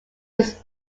was